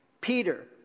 Peter